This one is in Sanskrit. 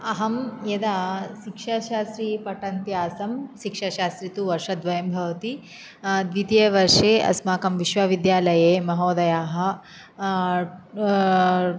अहं यदा शिक्षाशास्त्री पठन्ति आसं शिक्षाशास्त्री तु वर्षद्वयं भवति द्वितीय वर्षे अस्माकं विश्वविद्यालये महोदयाः